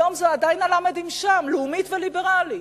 היום עדיין הלמ"דים שם: לאומית וליברלית.